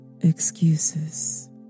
excuses